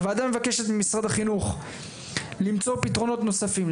הוועדה מבקשת ממשרד החינוך למצוא פתרונות נוספים.